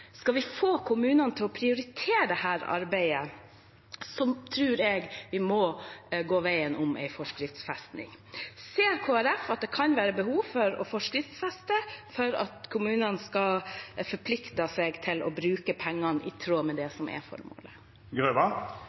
å prioritere dette arbeidet, tror jeg vi må gå veien om en forskriftsfesting. Ser Kristelig Folkeparti at det kan være behov for å forskriftsfeste for at kommunene skal forplikte seg til å bruke pengene i tråd med det som er formålet?